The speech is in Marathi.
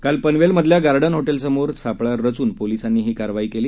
काल पनवेलमधल्या गार्डन हॉटेलसमोर सापळा रचून पोलिसांनी ही कारवाई केली